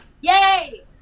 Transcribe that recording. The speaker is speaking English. Yay